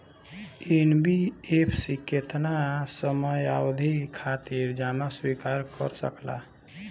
NBFC केतना समयावधि खातिर जमा स्वीकार कर सकला?